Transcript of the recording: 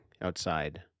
outside